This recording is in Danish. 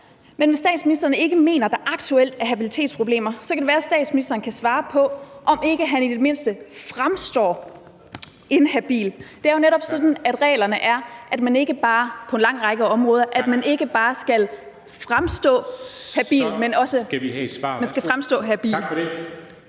Men hvis statsministeren ikke mener, at der aktuelt er habilitetsproblemer, kan det være, at statsministeren kan svare på, om ikke han i det mindste fremstår inhabil. Det er jo netop sådan, reglerne er, nemlig at man skal fremstå habil. Kl. 23:48 Formanden